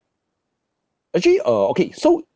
actually uh okay so